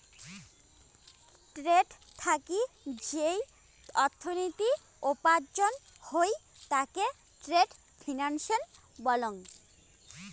trade থাকি যেই অর্থনীতি উপার্জন হই তাকে ট্রেড ফিন্যান্স বলং